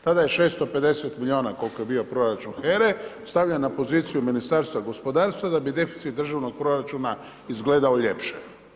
Tada je 650 milijuna, koliko je bio proračun HERA-e stavljen na poziciju Ministarstva gospodarstva, da bi deficit državnog proračuna izgledao ljepše.